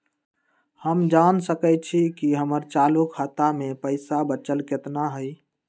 हम जान सकई छी कि हमर चालू खाता में पइसा बचल कितना हई